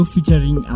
Featuring